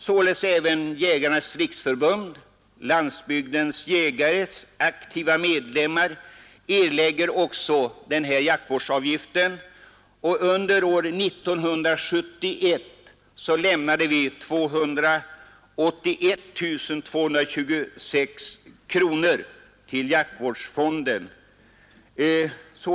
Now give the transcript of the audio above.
De aktiva medlemmarna i Jägarnas riksförbund-Landsbygdens jägare erlägger också denna jaktvårdsavgift, och under år 1971 betalade vi 281 226 kronor till jaktvårdsfonden.